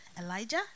Elijah